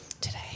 today